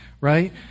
right